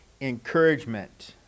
encouragement